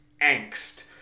angst